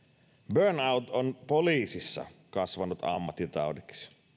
burnout on poliisissa kasvanut ammattitaudiksi